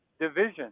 division